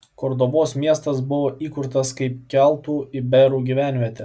kordobos miestas buvo įkurtas kaip keltų iberų gyvenvietė